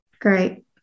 Great